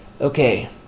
Okay